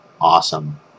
Awesome